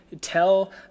tell